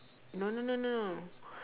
no no no no no